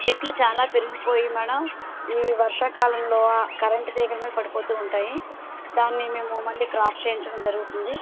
చెట్లు చాలా పెరిగిపోయి మ్యాడమ్ ఈ వర్షాకాలంలో కరెంట్ తీగల మీద పడుతు ఉంటాయి దాన్ని మేము మళ్ళీ క్రాప్ చేయించడం జరుగుతుంది